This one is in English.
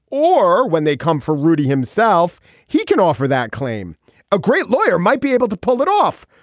or when they come for rudy himself he can offer that claim a great lawyer might be able to pull it off.